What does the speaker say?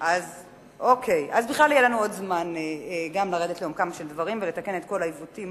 אז בכלל יהיה לנו עוד זמן גם לרדת לעומקם של דברים ולתקן את כל העיוותים